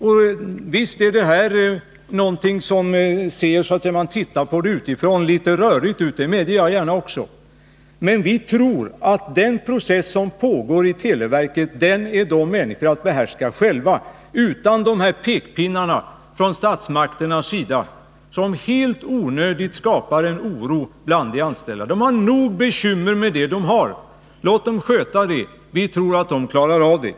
Och visst är det här någonting som, när man tittar på det utifrån, ser litet rörigt ut — det medger jag gärna. Men vi tror att televerket kan behärska den process som pågår där utan pekpinnarna från statsmakterna som helt i onödan skapar oro bland de anställda. Dessa har redan nog med bekymmer. Låt dem sköta det de har att göra; vi tror att de klarar av det.